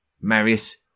Marius